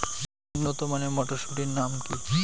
উন্নত মানের মটর মটরশুটির নাম?